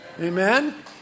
Amen